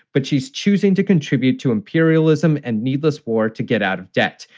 but she's choosing to contribute to imperialism and needless war to get out of debt.